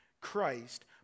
Christ